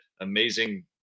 amazing